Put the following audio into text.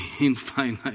infinite